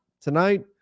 Tonight